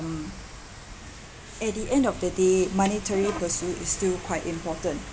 um at the end of the day monetary pursuit is still quite important